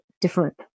different